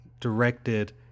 directed